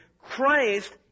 Christ